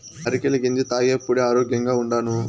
అరికెల గెంజి తాగేప్పుడే ఆరోగ్యంగా ఉండాను